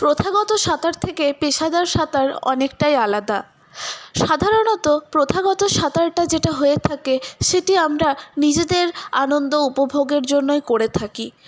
প্রথাগত সাঁতার থেকে পেশাদার সাঁতার অনেকটাই আলাদা সাধারণত প্রথাগত সাঁতারটা যেটা হয়ে থাকে সেটি আমরা নিজেদের আনন্দ উপভোগের জন্যই করে থাকি